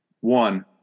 One